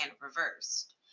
reversed